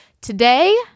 Today